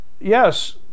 yes